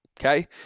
Okay